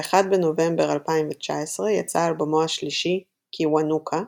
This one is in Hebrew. ב-1 בנובמבר 2019 יצא אלבומו השלישי, "Kiwanuka",